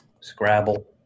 Scrabble